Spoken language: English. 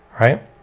right